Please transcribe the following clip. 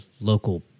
local